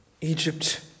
Egypt